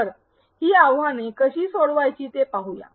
तर ही आव्हाने कशी सोडवायची ते पाहूया